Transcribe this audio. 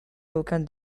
aucun